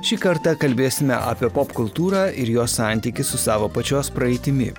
šį kartą kalbėsime apie popkultūrą ir jo santykį su savo pačios praeitimi